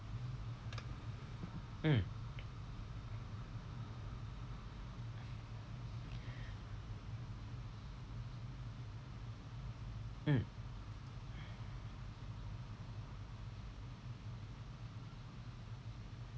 mm mm